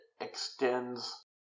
extends